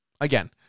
Again